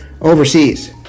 overseas